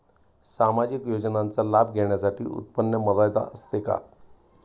सामाजिक योजनांचा लाभ घेण्यासाठी उत्पन्न मर्यादा असते का?